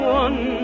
one